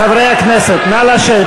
חברי הכנסת, נא לשבת.